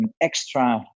extra